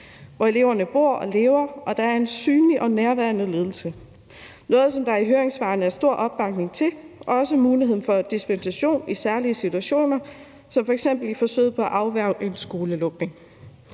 hvor eleverne bor og lever, at der er en synlig og nærværende ledelse. Det er noget, som der i høringssvarene er stor opbakning til – også muligheden for dispensation i særlige situationer som f.eks. i forsøget på at afværge en skolelukning.